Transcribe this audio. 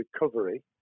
recovery